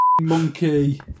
monkey